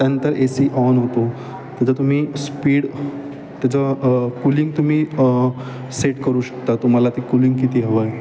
त्यानंतर AC on होतो त्याचं तुम्ही स्पीड त्याचं कूलिंग तुम्ही सेट करू शकता तुम्हाला ती कुलिंग किती हवंय